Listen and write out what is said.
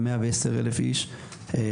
ומאה ועשר אלף איש חרדים.